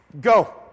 go